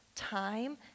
Time